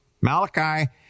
Malachi